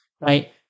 right